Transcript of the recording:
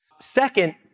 second